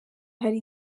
hari